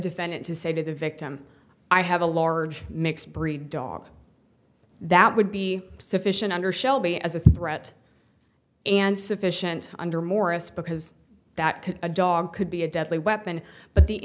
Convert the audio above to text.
defendant to say to the victim i have a large mixed breed dog that would be sufficient under shelby as a threat and sufficient under morris because that could a dog could be a deadly weapon but the